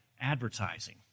Advertising